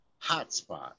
hotspot